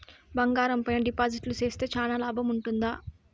బంగారం పైన డిపాజిట్లు సేస్తే చానా లాభం ఉంటుందా?